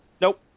Nope